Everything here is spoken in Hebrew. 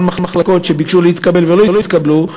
מחלקות שהם ביקשו להתקבל אליהן ולא התקבלו.